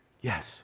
Yes